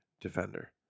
defender